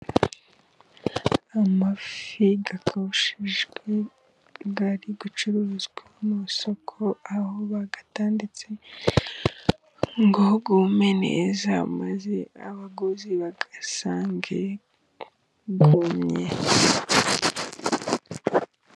Amafi akawushijwe, ari gucuruzwa mu isoko aho bayatanditse ndetse ngo yume neza, abaguzi bayasange yumye.